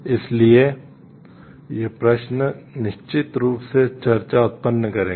इसलिए ये प्रश्न निश्चित रूप से चर्चा उत्पन्न करेंगे